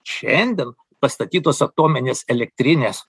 šiandien pastatytos atominės elektrinės